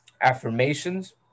affirmations